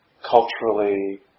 culturally